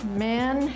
man